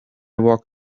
walked